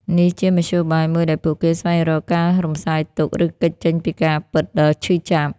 នេះជាមធ្យោបាយមួយដែលពួកគេស្វែងរកការរំសាយទុក្ខ ឬគេចចេញពីការពិតដ៏ឈឺចាប់។